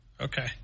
Okay